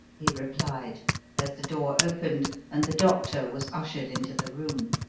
he replied as the door opened and the doctor was ushered into the room.